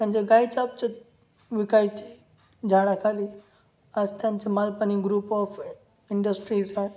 त्यांच्या गाय छाप जद् विकायचे झाडाखाली आज त्यांचे मालपानी ग्रुप ऑफ इंडस्ट्रीज आहे